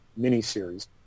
miniseries